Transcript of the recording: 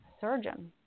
surgeon